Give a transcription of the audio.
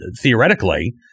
theoretically –